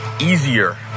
easier